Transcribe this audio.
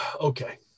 Okay